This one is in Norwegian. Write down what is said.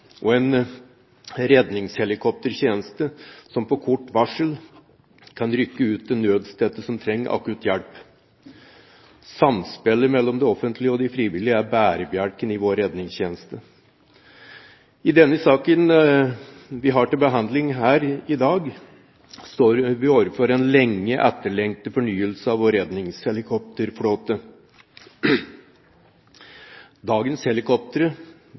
og en redningshelikoptertjeneste som på kort varsel kan rykke ut til nødstedte som trenger akutt hjelp. Samspillet mellom det offentlige og de frivillige er bærebjelken i vår redningstjeneste. I den saken vi har til behandling her i dag, står vi overfor en lenge etterlengtet fornyelse av vår redningshelikopterflåte. Dagens helikoptre,